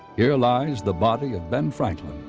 here lies the body of ben franklin,